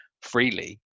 freely